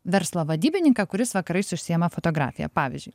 verslo vadybininką kuris vakarais užsiima fotografija pavyzdžiui